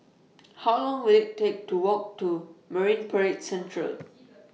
How Long Will IT Take to Walk to Marine Parade Central